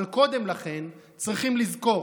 אבל קודם לכן צריכים לזכור